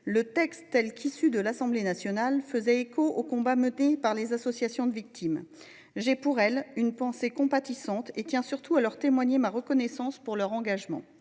Le texte issu des travaux de l’Assemblée nationale faisait écho au combat mené par les associations de victimes. J’ai pour elles une pensée compatissante, et je tiens surtout à leur témoigner ma reconnaissance pour leur engagement.